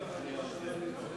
מצביע יוחנן פלסנר,